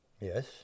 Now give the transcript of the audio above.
Yes